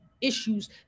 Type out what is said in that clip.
issues